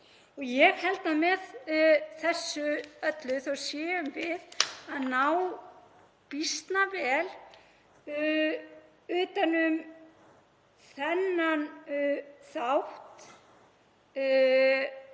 Ég held að með þessu öllu þá séum við að ná býsna vel utan um þennan þátt